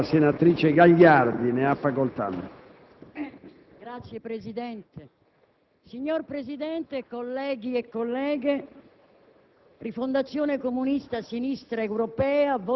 La solidarietà intergenerazionale tra padri e figli per una nuova previdenza, il recupero fiscale degli incapienti, la lotta alle nuove povertà delle famiglie numerose iniziano e si propagano dalla famiglia.